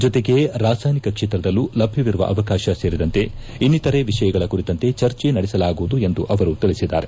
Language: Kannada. ಜೊತೆಗೆ ರಾಸಾಯನಿಕ ಕ್ಷೇತ್ರದಲ್ಲಿ ಲಭ್ಯವಿರುವ ಅವಕಾಶ ಸೇರಿದಂತೆ ಇನ್ನಿತರೆ ವಿಷಯಗಳ ಕುರಿತಂತೆ ಚರ್ಚೆ ನಡೆಸಲಾಗುವುದು ಎಂದು ಅವರು ತಿಳಿಸಿದ್ದಾರೆ